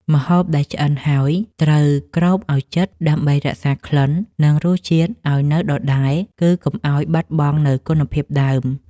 ម្ហូបដែលឆ្អិនហើយត្រូវគ្របឱ្យជិត ដើម្បីរក្សាក្លិន និងរសជាតិឱ្យនៅដដែល គឺកុំឱ្យបាត់បង់នូវគុណភាពដើម។